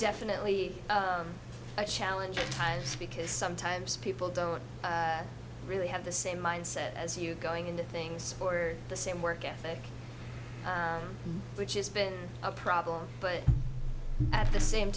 definitely a challenge at times because sometimes people don't really have the same mindset as you going into things or the same work ethic which has been a problem but at the same